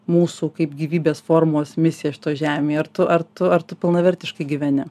mūsų kaip gyvybės formos misija žemėje ar tu ar tu ar tu pilnavertiškai gyveni